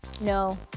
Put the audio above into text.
No